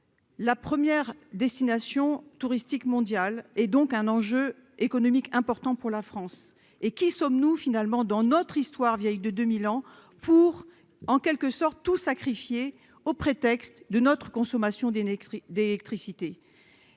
la première destination touristique mondiale et donc un enjeu économique important pour la France et qui sommes-nous finalement dans notre histoire, vieille de 2 1000 ans pour en quelque sorte tout sacrifier au prétexte de notre consommation des d'électricité,